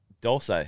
Dulce